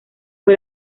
fue